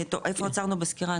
טוב, איפה עצרנו בסקירה?